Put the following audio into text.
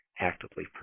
actively